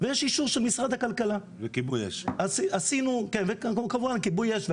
ויש אישור של משרד הכלכלה וכמובן כיבוי אש.